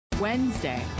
Wednesday